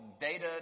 data